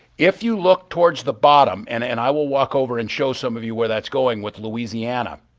if you look towards the bottom, and and i will walk over and show some of you where that's going with louisiana,